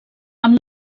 amb